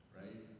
right